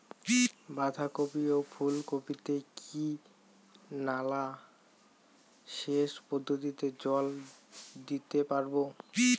বাধা কপি ও ফুল কপি তে কি নালা সেচ পদ্ধতিতে জল দিতে পারবো?